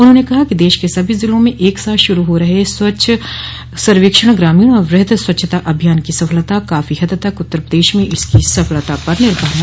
उन्होंने कहा कि देश के सभी जिलों में एक साथ शुरू हो रहे स्वच्छ सर्वेक्षण ग्रामीण और बृहत स्वच्छता अभियान की सफलता काफी हद तक उत्तर प्रदेश में इसकी सफलता पर निर्भर है